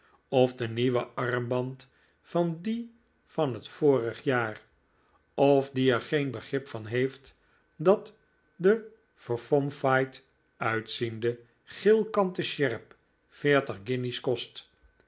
of den nieuwen armband van dien van het vorig jaar of die er geen begrip van heeft dat de verfomfaaid uitziende geel kanten sjerp veertig guinjes kost